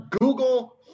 Google